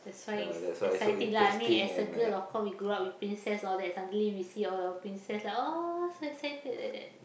that's why it's exciting lah I mean as a girl of course we grow up with princess all that suddenly we see all our princess like oh so excited like that